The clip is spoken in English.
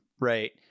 right